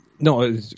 No